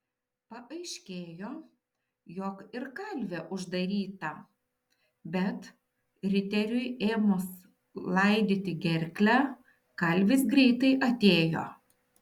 paaiškėjo jog ir kalvė uždaryta bet riteriui ėmus laidyti gerklę kalvis greitai atėjo